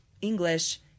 English